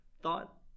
thought